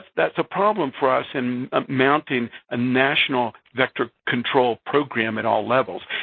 that's a problem for us and mounting a national vector-control program at all levels.